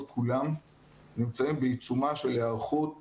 כולם נמצאים בעיצומה של היערכות מרשימה,